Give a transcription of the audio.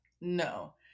no